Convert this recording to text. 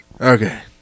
Okay